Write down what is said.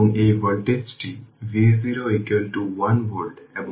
সুইচটি t 0 এ open থাকে এবং t 0 এর জন্য iL1 iL2 এবং iL3 নির্ধারণ করতে হবে